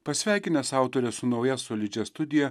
pasveikinęs autorę su nauja solidžia studija